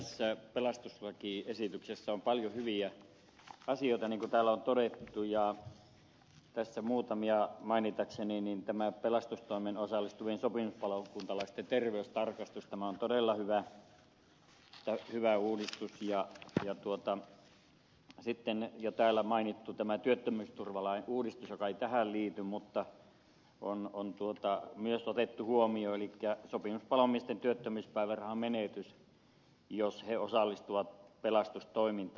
tässä pelastuslakiesityksessä on paljon hyviä asioita niin kuin täällä on todettu ja tässä muutamia mainitakseni tämä pelastustoimeen osallistuvien sopimuspalokuntalaisten terveystarkastus on todella hyvä uudistus ja täällä mainittu työttömyysturvalain uudistus joka ei tähän liity mutta joka on myös otettu huomioon elikkä sopimuspalomiesten työttömyyspäivärahan menetys jos he osallistuvat pelastustoimintaan